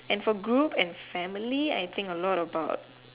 and for group and family I think a lot about